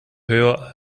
höher